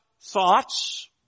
thoughts